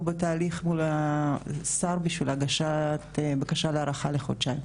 אנחנו בתהליך מול השר, הגשת בקשה להארכה בחודשיים